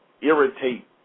irritate